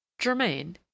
Germain